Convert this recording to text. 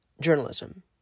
journalism